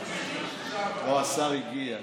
לא, השר הגיע.